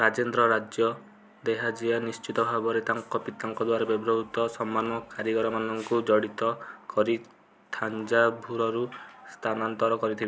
ରାଜେନ୍ଦ୍ର ରାଜ୍ୟ ଦେହେଜିଆ ନିଶ୍ଚିତ ଭାବରେ ତାଙ୍କ ପିତାଙ୍କ ଦ୍ୱାରା ବ୍ୟବହୃତ ସମାନ କାରିଗରମାନଙ୍କୁ ଜଡ଼ିତ କରି ଥାଞ୍ଜାଭୁରରୁ ସ୍ଥାନାନ୍ତର କରିଥିବେ